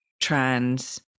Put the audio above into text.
trans